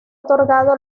otorgado